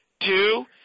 Two